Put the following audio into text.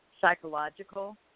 Psychological